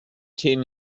ten